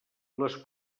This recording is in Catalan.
les